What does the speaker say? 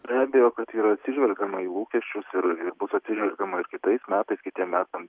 be abejo kad yra atsižvelgiama į lūkesčius ir bus atsižvelgiama ir kitais metais kitiem metam